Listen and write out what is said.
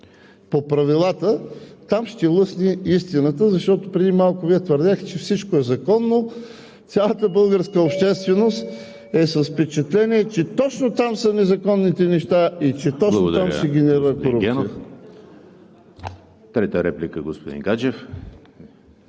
по правилата, там ще лъсне истината, защото преди малко Вие твърдяхте, че всичко е законно, а цялата българска общественост е с впечатление, че точно там са незаконните неща и че точно там се генерира корупция. ПРЕДСЕДАТЕЛ ЕМИЛ